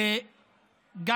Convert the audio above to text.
גם